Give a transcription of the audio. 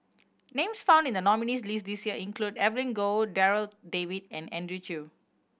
names found in the nominees' list this year include Evelyn Goh Darryl David and Andrew Chew